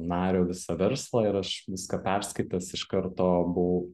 nario visą verslą ir aš viską perskaitęs iš karto buvau